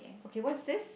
okay what's this